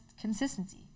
Consistency